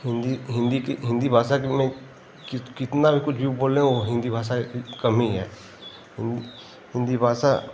हिन्दी हिन्दी कि हिन्दी भाषा की में कित कितना कुछ भी बोल लें वो हिन्दी भाषा कम ही है हिन्दी हिन्दी भाषा